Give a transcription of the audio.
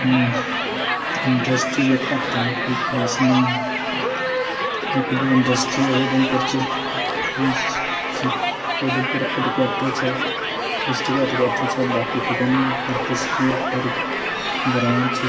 industry बी घट्ट कोई खास निं ऐ इक्क दौ इंडस्ट्री ऐ उधमपुर च उधमपुर हैडक्वार्टर च ऐ डिस्ट्रिक्ट हैडक्वार्टर च ऐ हर तसील हर ग्रांऽ च